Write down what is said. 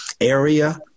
area